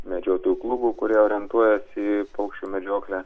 medžiotojų klubų kurie orientuojasi į paukščių medžioklę